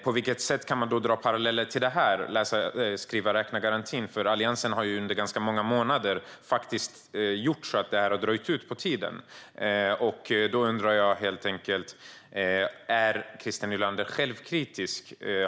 På vilket sätt kan man dra paralleller från det till läsa-skriva-räkna-garantin? Alliansen har ju under ganska många månader gjort så att det förslaget har dragit ut på tiden. Jag undrar helt enkelt om Christer Nylander är självkritisk.